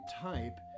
type